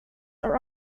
are